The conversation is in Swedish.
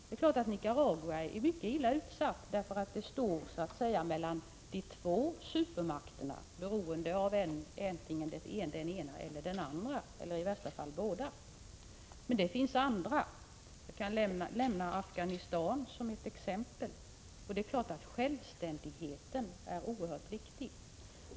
Det är klart att Nicaragua är mycket illa utsatt, eftersom det står mellan de två supermakterna, beroende av antingen den ena eller den andra, eller i värsta fall båda. Men det finns andra sådana länder. Jag kan nämna Afghanistan som ett exempel. Självfallet är självständigheten oerhört viktig.